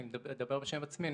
אני אדבר בשם עצמי.